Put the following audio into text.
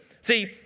See